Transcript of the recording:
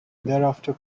thereafter